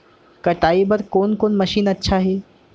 कटाई बर कोन कोन मशीन अच्छा हे?